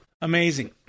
Amazing